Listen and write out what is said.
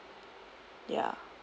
ya